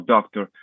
Doctor